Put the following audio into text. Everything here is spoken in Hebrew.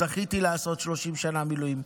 זכיתי לעשות 30 שנה מילואים,